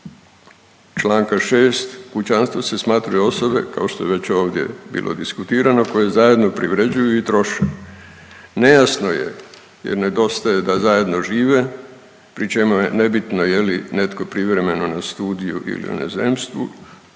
čl. 6 kućanstvom se smatraju osobe, kao što je već ovdje bilo diskutirano koje zajedno privređuju i troše. Nejasno je jer nedostaje da zajedno žive, pri čemu je nebitno je li netko privremeno na studiju ili inozemstvu,